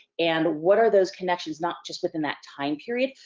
and what are those connections, not just within that time period,